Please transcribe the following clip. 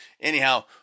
anyhow